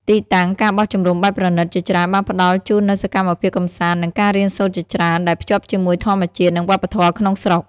ទីតាំង ការបោះជំរំបែបប្រណីត ជាច្រើនបានផ្តល់ជូននូវសកម្មភាពកម្សាន្ត និងការរៀនសូត្រជាច្រើន ដែលភ្ជាប់ជាមួយធម្មជាតិ និងវប្បធម៌ក្នុងស្រុក។